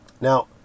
Now